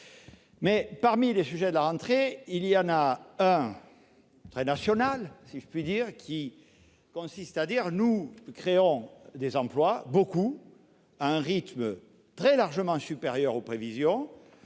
faire. Parmi les sujets de la rentrée, il en est un qui est très national, si je puis dire, aux termes duquel nous créons des emplois- beaucoup, à un rythme très largement supérieur aux prévisions,